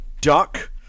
duck